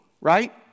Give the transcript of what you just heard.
right